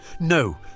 No